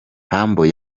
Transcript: humble